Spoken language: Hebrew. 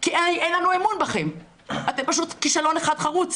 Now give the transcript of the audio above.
כי אין לנו אמון בכם, אתם פשוט כישלון אחד חרוץ.